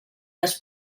les